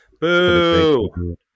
Boo